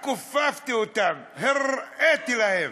כופפתי אותם, הראיתי להם,